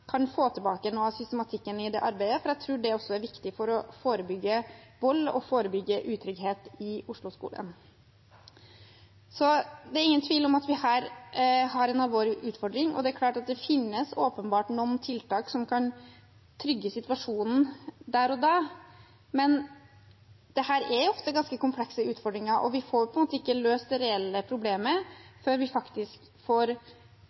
kan få tilbake noe av systematikken i det arbeidet. Det tror jeg er viktig også for å forebygge vold og utrygghet i Oslo-skolen. Det er ingen tvil om at vi her har en alvorlig utfordring. Det finnes åpenbart noen tiltak som kan trygge situasjonen der og da, men dette er ofte ganske komplekse utfordringer. Vi får på en måte ikke løst det reelle problemet før vi faktisk får